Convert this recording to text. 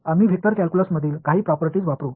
आम्ही वेक्टर कॅल्क्युलसमधील काही प्रॉपर्टीज वापरू